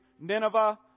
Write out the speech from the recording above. Nineveh